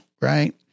right